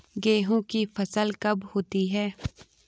गेहूँ की फसल कब होती है?